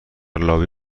لابی